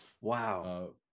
Wow